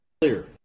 clear